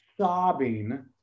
sobbing